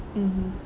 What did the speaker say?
mmhmm